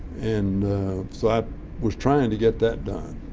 and so i was trying to get that done,